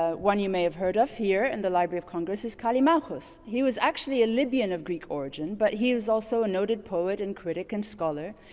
ah one you may have heard of here in the library of congress is callimachus. he was actually a libyan of greek origin, but he was also a noted poet and critic and scholar.